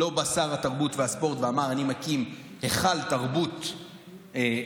לא בא שר התרבות והספורט ואמר: אני מקים היכל תרבות בעיר,